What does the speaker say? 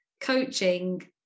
coaching